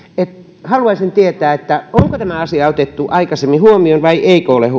haluaisin tietää onko tämä asia otettu aikaisemmin huomioon vai eikö ole